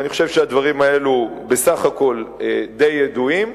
אני חושב שהדברים האלה בסך הכול די ידועים,